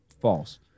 false